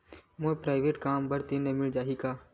मोर private कम बर ऋण मिल जाही का?